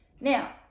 Now